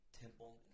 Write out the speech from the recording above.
temple